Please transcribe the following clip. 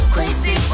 Crazy